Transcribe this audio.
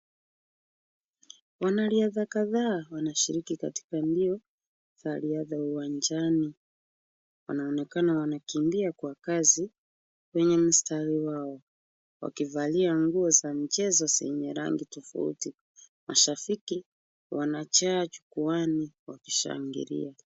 Wanariadha kadhaa wanashiriki katika mbio za riadha uwanjani. Wanaonekana wanakimbia kwa kasi kwenye mstari wao wakivalia nguo za mchezo zenye rangi tofauti. Mashabiki wanajaa jukwaani wakishangilia.